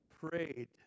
prayed